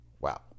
Wow